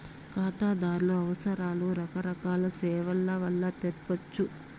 కాతాదార్ల అవసరాలు రకరకాల సేవల్ల వల్ల తెర్సొచ్చు